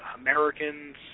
Americans